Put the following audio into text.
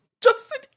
Justin